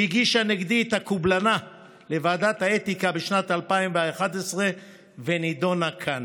שהגישה נגדי את הקובלנה לוועדת האתיקה בשנת 2011 ונדונה כאן.